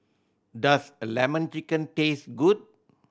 does a Lemon Chicken taste good